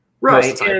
Right